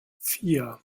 vier